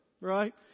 Right